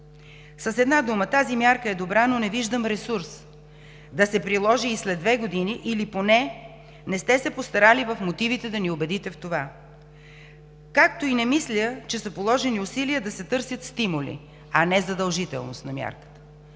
С една дума, тази мярка е добра, но не виждам ресурс да се приложи и след две години – поне в мотивите не сте се постарали да ни убедите в това, както и не мисля, че са положени усилията да се търсят стимули, а не задължителност на мярката.